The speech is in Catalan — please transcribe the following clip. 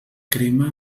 crema